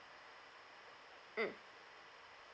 mm